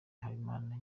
habimana